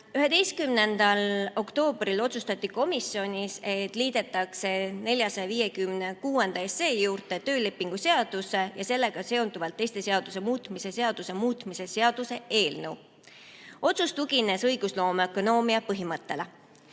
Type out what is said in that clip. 11. oktoobril otsustati komisjonis, et [eelnõu] 456 juurde liidetakse töölepingu seaduse ja sellega seonduvalt teiste seaduste muutmise seaduse muutmise seaduse eelnõu. Otsus tugines õigusloome ökonoomia põhimõttele.